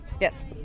Yes